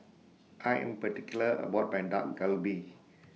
I Am particular about My Dak Galbi